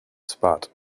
spot